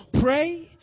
pray